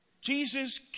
Jesus